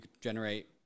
generate